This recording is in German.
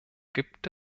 gibt